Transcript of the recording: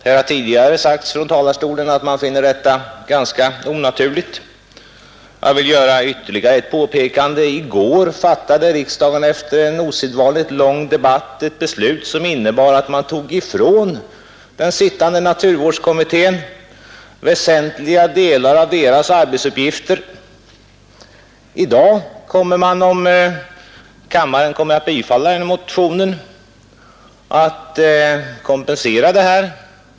Här har tidigare sagts från talarstolen att man finner detta ganska onaturligt. Jag vill göra ytterligare ett påpekande. I går fattade riksdagen efter osedvanligt lång debatt ett beslut som innebar att man tog ifrån den sittande naturvårdskommittén väsentliga delar av dess arbetsuppgifter. I dag kommer man, om kammaren bifaller motionen, att kompensera detta.